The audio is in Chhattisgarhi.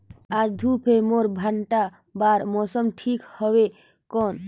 आज धूप हे मोर भांटा बार मौसम ठीक हवय कौन?